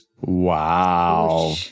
Wow